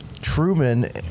Truman